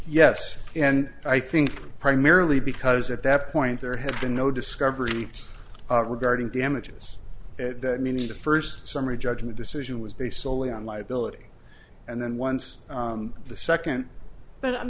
yes and i think primarily because at that point there had been no discovery regarding damages that meaning the first summary judgment decision was based soley on liability and then once the second but i